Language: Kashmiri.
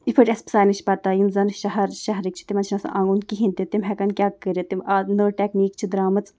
یِتھ پٲٹھۍ اَسہِ سارنے چھِ پَتہ یِم زَن شہر شہرٕکۍ چھِ تِمَن چھَنہٕ آسان آنٛگُن کِہیٖنۍ تہِ تِم ہٮ۪کَن کیٛاہ کٔرِتھ تِم اَز نٔو ٹٮ۪کنیٖک چھِ درٛامٕژ